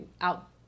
out